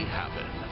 happen